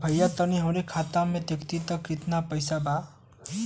भईया तनि हमरे खाता में देखती की कितना पइसा बा?